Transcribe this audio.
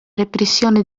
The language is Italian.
repressione